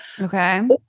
Okay